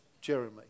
Jeremy